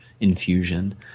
infusion